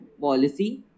policy